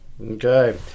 Okay